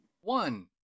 One